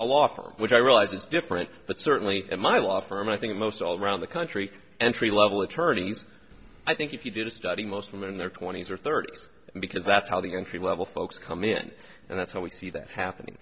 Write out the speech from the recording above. a law firm which i realize is different but certainly in my law firm i think most all around the country entry level attorneys i think if you did a study most women in their twenty's or thirty's because that's how the entry level folks come in and that's how we see that happening